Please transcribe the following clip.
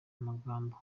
amagambo